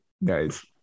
Nice